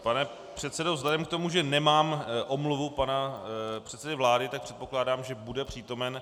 Pane předsedo, vzhledem k tomu, že nemám omluvu pana předsedy vlády, tak předpokládám, že bude přítomen.